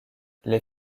les